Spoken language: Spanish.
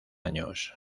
años